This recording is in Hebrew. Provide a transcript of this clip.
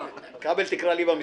כבל תקרא לי במשרד.